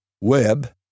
web